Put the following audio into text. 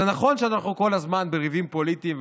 זה נכון שאנחנו כל הזמן בריבים פוליטיים,